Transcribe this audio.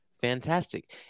fantastic